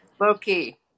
Loki